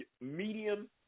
medium